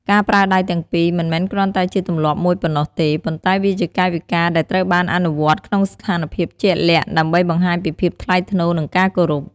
ការប្រើដៃទាំងពីរ មិនមែនគ្រាន់តែជាទម្លាប់មួយប៉ុណ្ណោះទេ ប៉ុន្តែវាជាកាយវិការដែលត្រូវបានអនុវត្តក្នុងស្ថានភាពជាក់លាក់ ដើម្បីបង្ហាញពីភាពថ្លៃថ្នូរ និងការគោរព។